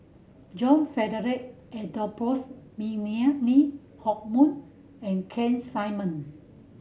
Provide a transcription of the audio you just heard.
John Frederick Adolphus Lee Hock Moh and Keith Simmon